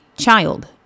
child